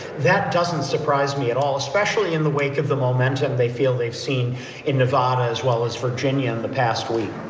that doesn't surprise me at all, especially in the wake of the momentum, they feel they've seen in nevada as well as virginia in the past week.